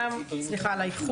בוקר טוב לכולם, סליחה על האיחור,